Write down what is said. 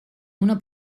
una